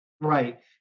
Right